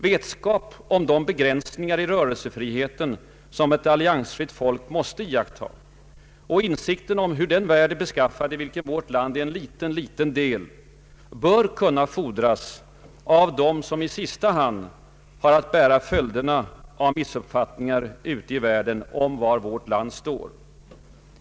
Vetskap om de begränsningar i rörelsefriheten som ett alliansfritt folk måste iaktta och insikt om hur den värld är beskaffad i vilken vårt land är en liten, liten del bör kunna fordras av dem som i sista hand har att bära följderna av missuppfattningar ute i världen om var vårt land står.